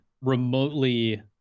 remotely